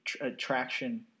attraction